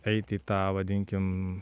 eiti į tą vadinkim